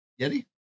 Yeti